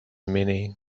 many